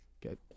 Good